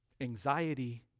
Anxiety